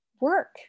work